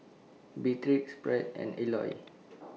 Beatriz Pratt and Eloy